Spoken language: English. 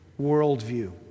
worldview